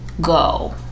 go